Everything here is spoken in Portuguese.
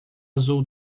azul